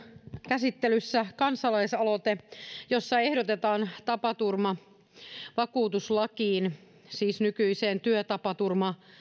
käsittelyssä kansalaisaloite jossa ehdotetaan tapaturmavakuutuslakiin siis nykyiseen työtapaturma